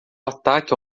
ataque